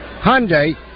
Hyundai